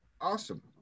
Awesome